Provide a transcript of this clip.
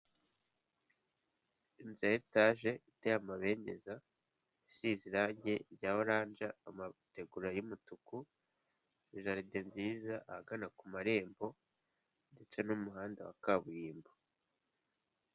Inzu ya etaje iteye amabengeza si irangi rya oranje, amategura y'umutuku, jaride nziza ahagana ku marembo, ndetse n'umuhanda wa kaburimbo.